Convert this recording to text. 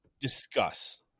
discuss